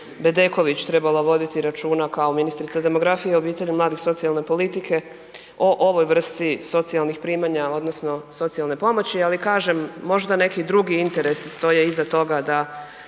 Bedeković trebala voditi računa kao ministrica demografije, obitelji, mladih i socijalne politike o ovoj vrsti socijalnih primanja odnosno socijalne pomoći. Ali kažem, možda neki drugi interesi stoje iza toga da